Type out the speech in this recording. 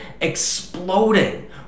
exploding